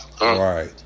Right